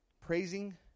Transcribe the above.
Praising